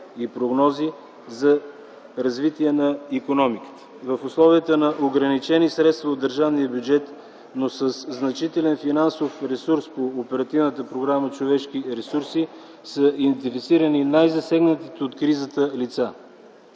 и прогнози за развитие на икономиката. В условията на ограничени средства от държавния бюджет, но със значителен финансов ресурс по Оперативна програма „Човешки ресурси”, са заинтересувани най-засегнатите от кризата лица.